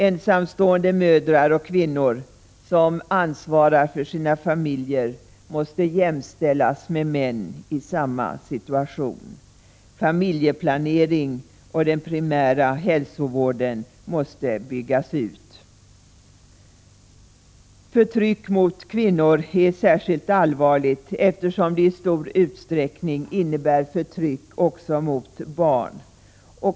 Ensamstående mödrar och kvinnor som ansvarar för sina familjer måste jämställas med män i samma situation. Familjeplanering och den primära hälsovården måste byggas ut. Förtryck mot kvinnor är särskilt allvarligt, eftersom det i stor utsträckning innebär förtryck också mot barn.